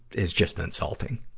is just insulting.